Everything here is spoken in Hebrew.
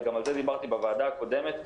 וגם על זה דיברתי בוועדה הקודמת,